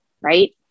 Right